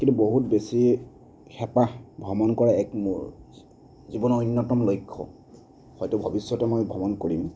কিন্তু বহুত বেছি হেঁপাহ ভ্ৰমণ কৰা এক মোৰ জীৱনৰ অন্যতম লক্ষ্য হয়তো ভৱিষ্যতে মই ভ্ৰমণ কৰিম